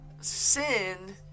sin